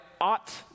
ought